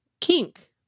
kink